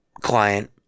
client